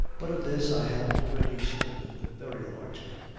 but of this i have already spoken very largely.